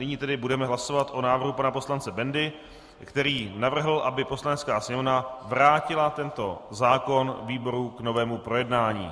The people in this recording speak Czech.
Nyní tedy budeme hlasovat o návrhu pana poslance Bendy, který navrhl, aby Poslanecká sněmovna vrátila tento zákon výboru k novému projednání.